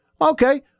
okay